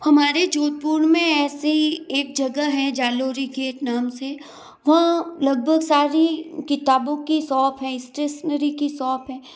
हमारे जोधपुर में ऐसी एक जगह है जालोरी गेट नाम से वह लगभग सारी किताबों की शॉप है इस्टेसनरी की सौंप है